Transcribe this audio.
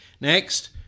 Next